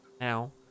Now